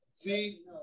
See